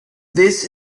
this